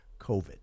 covid